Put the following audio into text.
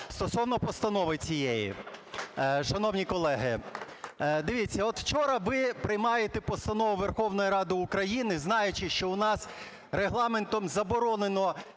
Стосовно постанови цієї. Шановні колеги, дивіться, от вчора ви приймаєте постанову Верховної Ради України, знаючи, що у нас Регламентом заборонено,